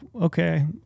okay